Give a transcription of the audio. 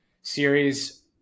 series